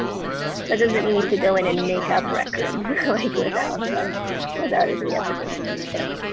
that doesn't mean you should go in and make up records without without any evidence but